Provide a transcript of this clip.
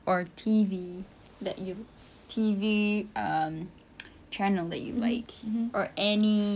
or T_V that you T_V um channel that you like or any